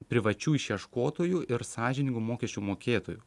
privačių išieškotojų ir sąžiningų mokesčių mokėtojų